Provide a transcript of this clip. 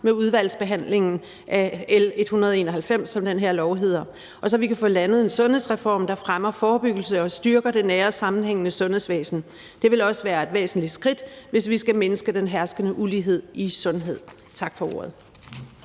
med udvalgsbehandlingen af L 191, som den her lov hedder, så vi kan få landet en sundhedsreform, der fremmer forebyggelse og styrker det nære og sammenhængende sundhedsvæsen. Det vil også være et væsentligt skridt, hvis vi skal mindske den herskende ulighed i sundhed. Tak for ordet.